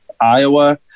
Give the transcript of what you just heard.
Iowa